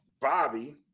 Bobby